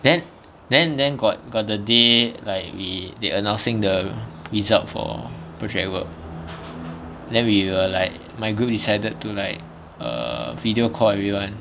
then then then got got the day like we they announcing the result for project work then we were like my group decided to like err video call everyone